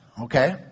Okay